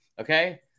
Okay